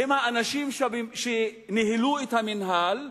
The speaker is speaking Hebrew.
הם האנשים שניהלו את המינהל,